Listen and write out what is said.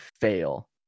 fail